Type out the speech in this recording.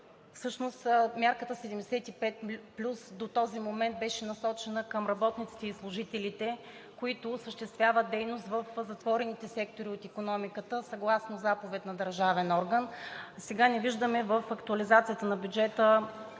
Всъщност мярката 75 плюс до този момент беше насочена към работниците и служителите, които осъществяват дейност в затворените сектори от икономиката съгласно заповед на държавен орган. Сега не виждаме в актуализацията на бюджета